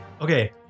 Okay